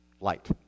light